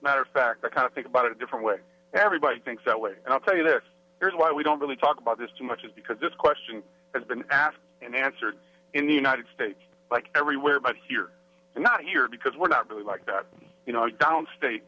matter of fact i kind of think about a different way everybody thinks that way and i'll tell you this is why we don't really talk about this too much is because this question has been asked and answered in the united states like everywhere but here and not here because we're not really like that down state